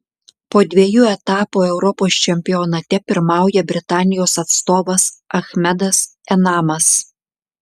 po dviejų etapų europos čempionate pirmauja britanijos atstovas achmedas enamas